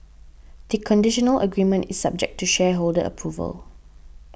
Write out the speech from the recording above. the conditional agreement is subject to shareholder approval